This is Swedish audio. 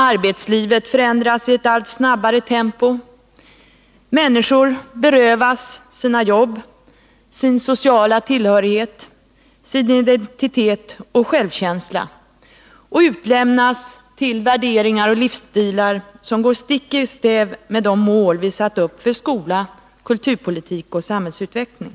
Arbetslivet förändras i ett allt snabbare tempo. Människor berövas sina jobb, sin sociala tillhörighet, sin identitet och självkänsla och överlämnas till värderingar och livsstilar som går stick i stäv mot de mål vi satt upp för skola, kulturpolitik och samhällsutveckling.